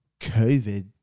COVID